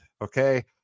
okay